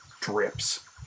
drips